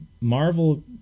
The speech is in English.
Marvel